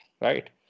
right